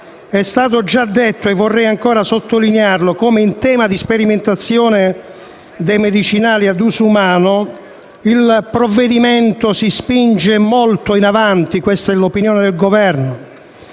È stato già detto, e vorrei ancora sottolinearlo, come in tema di sperimentazione dei medicinali a uso umano il provvedimento si spinga molto in avanti - questa è l'opinione del Governo